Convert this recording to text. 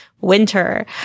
winter